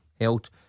Held